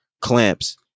clamps